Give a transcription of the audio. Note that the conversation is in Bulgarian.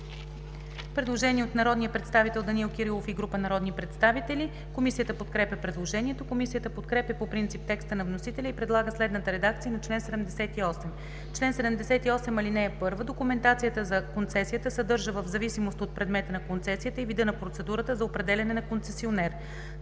предложение от народния представител Данаил Кирилов и група народни представители. Комисията подкрепя предложението. Комисията подкрепя по принцип текста на вносителя и предлага следната редакция на чл. 78: „Чл. 78. (1) Документацията за концесията съдържа, в зависимост от предмета на концесията и вида на процедурата за определяне на концесионер: